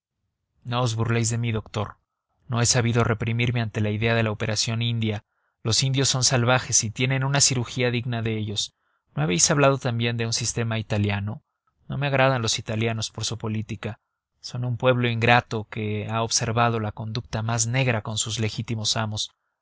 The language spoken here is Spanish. de mí doctor no he sabido reprimirme ante la idea de la operación india los indios son salvajes y tienen una cirugía digna de ellos no habéis hablado también de un sistema italiano